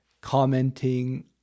commenting